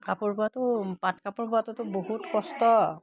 কাপোৰ বোৱাটো পাট কাপোৰ বোৱাটোতো বহুত কষ্ট